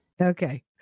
Okay